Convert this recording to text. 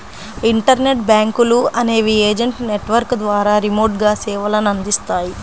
internet బ్యాంకులు అనేవి agent network ద్వారా రిమోట్గా సేవలనందిస్తాయి